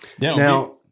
Now